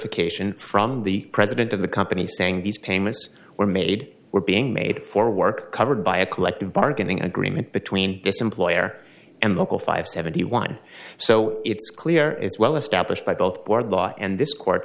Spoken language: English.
certification from the president of the company saying these payments were made were being made for work covered by a collective bargaining agreement between this employer and local five seventy one so it's clear it's well established by both board law and this court